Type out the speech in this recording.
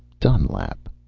dunlap.